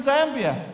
Zambia